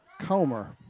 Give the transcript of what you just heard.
Comer